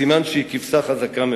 סימן שהיא כבשה חזקה מאוד.